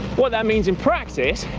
what that means in practice,